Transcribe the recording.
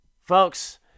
folks—